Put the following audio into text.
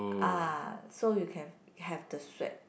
ah so you can have the sweat